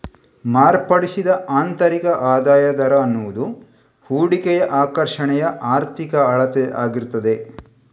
ಮಾರ್ಪಡಿಸಿದ ಆಂತರಿಕ ಆದಾಯದ ದರ ಅನ್ನುದು ಹೂಡಿಕೆಯ ಆಕರ್ಷಣೆಯ ಆರ್ಥಿಕ ಅಳತೆ ಆಗಿರ್ತದೆ